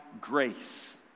grace